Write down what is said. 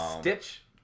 Stitch